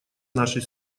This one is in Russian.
нашей